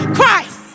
Christ